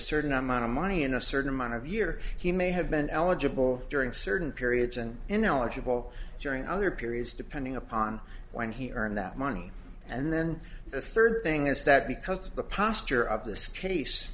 certain amount of money in a certain amount of year he may have been eligible during certain periods and ineligible during other periods depending upon when he earned that money and then the third thing is that because of the posture of this case